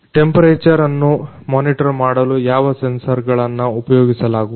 ತಾಪಮಾನ ಅನ್ನು ಮೊನಿಟರ್ ಮಾಡಲು ಯಾವ ಸೆನ್ಸರ್ಗಳನ್ನ ಉಪಯೋಗಿಸಲಾಗುವುದು